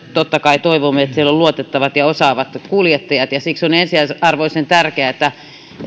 totta kai toivomme että siellä on luotettavat ja osaavat kuljettajat siksi on ensiarvoisen tärkeää että